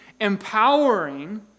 empowering